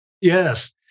yes